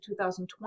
2020